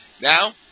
Now